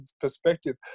perspective